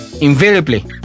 Invariably